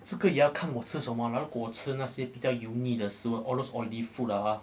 这个也看我吃什么啦如果我吃那些比较油腻的食物 all those oily food lah ha